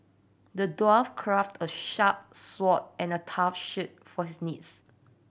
the dwarf crafted a sharp sword and a tough shield for this knights